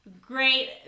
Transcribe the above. Great